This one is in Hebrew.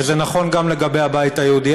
וזה נכון גם לגבי הבית היהודי.